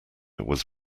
was